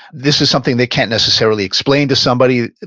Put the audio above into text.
this is something they can't necessarily explain to somebody,